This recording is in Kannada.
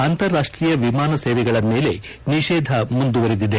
ಅಂತಾರಾಷ್ಟೀಯ ವಿಮಾನ ಸೇವೆಗಳ ಮೇಲೆ ನಿಷೇಧ ಮುಂದುವರೆದಿದೆ